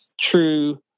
true